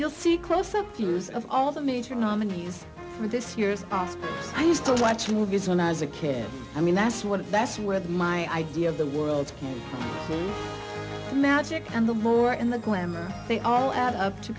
you'll see close up hears of all the major nominees for this year's oscars i used to watch movies when i was a kid i mean that's what that's where my idea of the world magic and the more and the glamour they all add up to